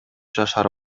жашар